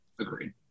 Agreed